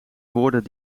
woorden